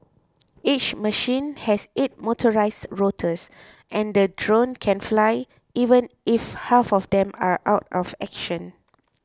each machine has eight motorised rotors and the drone can fly even if half of them are out of action